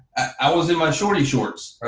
i was in my shorty shorts,